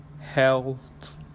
health